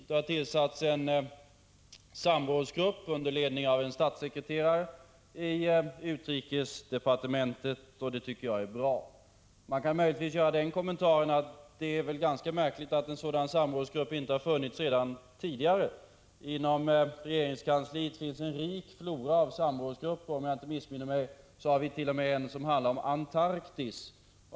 Det har tillsatts en samrådsgrupp under ledning av en statssekreterare inom utrikesdepartementet. Det tycker jag är bra. Man kan möjligtvis göra kommentaren att det är ganska märkligt att en sådan samrådsgrupp inte funnits redan tidigare. Inom regeringskansliet finns en rik flora av samrådsgrupper. Om jag inte missminner mig finns det t.o.m. en som handlar om Antarktis.